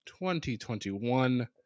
2021